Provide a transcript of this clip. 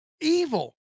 Evil